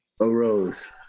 arose